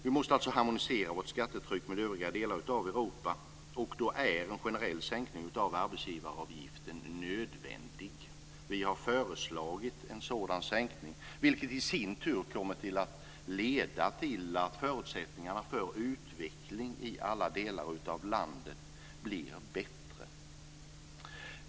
Vi måste alltså harmonisera vårt skattetryck med övriga delar av Europa, och då är en generell sänkning av arbetsgivaravgiften nödvändig. Vi har föreslagit en sådan sänkning, vilken i sin tur kommer att leda till att förutsättningarna för utveckling i alla delar av landet blir bättre.